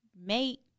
mate